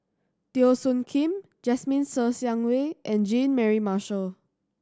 Teo Soon Kim Jasmine Ser Xiang Wei and Jean Mary Marshall